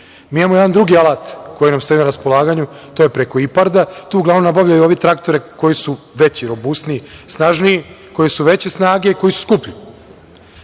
Imamo jedan drugi alat koji nam stoji na raspolaganju, i to je preko IPARD-a. Tu uglavnom nabavljaju traktore koji su veći, robusniji, snažniji, koji su veće snage i koji su skuplji.